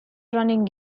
running